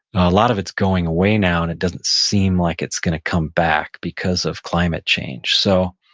a lot of it's going away now, and it doesn't seem like it's going to come back because of climate change so